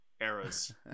eras